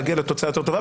קצר.